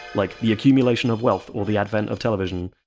like the accumulation of wealth or the advent of television.